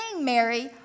Mary